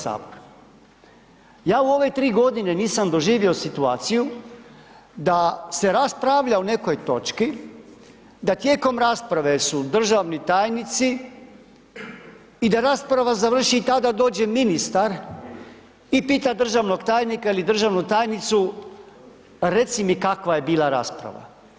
Ja u ove 3 godine nisam doživio situaciju da se raspravlja o nekoj točki, da tijekom rasprave su državni tajnici i da rasprava završi i tada dođe ministar i pita državnog tajnika ili državnu tajnicu, reci mi kakva je bila rasprava.